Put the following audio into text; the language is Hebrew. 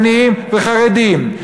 עניים וחרדים.